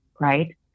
right